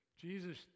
Jesus